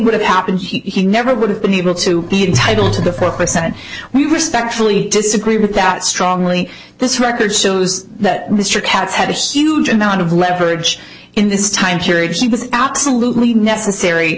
would have happened he never would have been able to be entitled to the four percent we respectfully disagree with that strongly this record shows that mr katz had a huge amount of leverage in this time period she was absolutely necessary